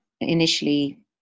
initially